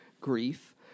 grief